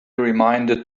reminded